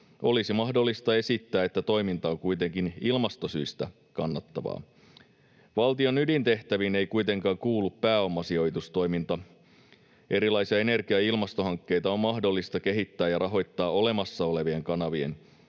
olisi mahdollista esittää, että toiminta on kuitenkin ilmastosyistä kannattavaa. Valtion ydintehtäviin ei kuitenkaan kuulu pääomasijoitustoiminta. Erilaisia energia- ja ilmastohankkeita on mahdollista kehittää ja rahoittaa olemassa olevien kanavien,